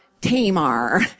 Tamar